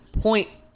point